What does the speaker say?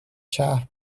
شهر